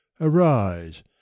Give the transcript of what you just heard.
arise